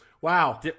Wow